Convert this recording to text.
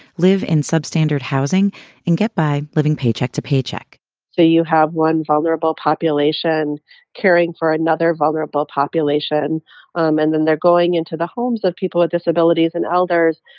live in substandard housing and get by living paycheck to paycheck so you have one vulnerable population caring for another vulnerable population um and then they're going into the homes of people with disabilities and elders,